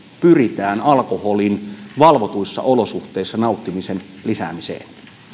pyritään alkoholin valvotuissa olosuhteissa nauttimisen lisäämiseen